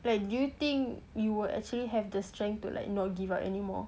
like do you think you would actually have the strength to like not give up anymore